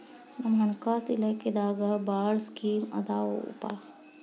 ನಮ್ ಹಣಕಾಸ ಇಲಾಖೆದಾಗ ಭಾಳ್ ಸ್ಕೇಮ್ ಆದಾವೊಪಾ